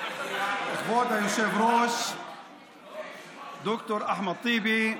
כבוד היושב-ראש ד"ר אחמד טיבי,